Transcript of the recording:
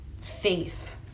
faith